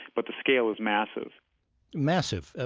but the scale is massive massive? ah